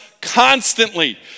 constantly